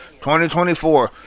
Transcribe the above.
2024